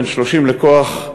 בן שלושים לכוח".